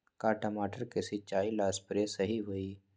का टमाटर के सिचाई ला सप्रे सही होई?